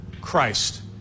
Christ